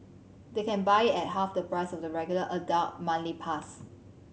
they can buy it at half the price of the regular adult monthly pass